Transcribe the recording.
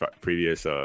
previous